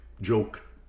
joke